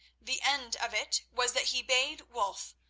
the end of it was that he bade wulf,